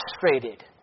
frustrated